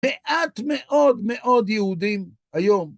מעט מאוד מאוד יהודים היום.